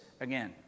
again